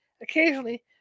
Occasionally